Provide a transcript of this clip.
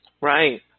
Right